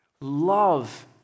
love